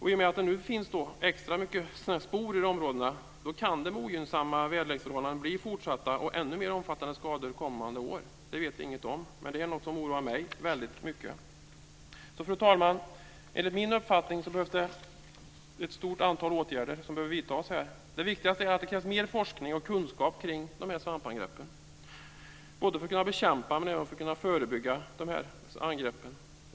I och med att det nu finns extra mycket sporer i områdena kan det med ogynnsamma väderleksförhållanden blir fortsatta och ännu mer omfattande skador kommande år. Det vet vi inget om, men det är något som oroar mig väldigt mycket. Fru talman! Enligt min uppfattning är det ett stort antal åtgärder som behöver vidtas. Det viktigaste är att det krävs mer forskning och kunskap kring de här svampangreppen för att man ska kunna bekämpa men även förebygga de här angreppen.